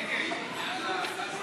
חלק מהדברים שהיא אמרה.